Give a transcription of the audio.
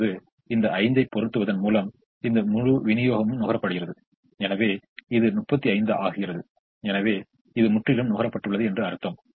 இப்போது இந்த 5 ஐ பொறுத்துவதன் மூலம் இந்த முழு விநியோகமும் நுகரப்படுகிறது எனவே இது 35 ஆகிறது எனவே இது முற்றிலும் நுகரப்பட்டுள்ளது என்று அர்த்தம்